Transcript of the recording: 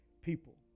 people